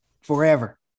Forever